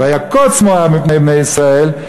"ויקץ מואב מפני בני ישראל",